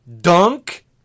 dunk